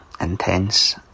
intense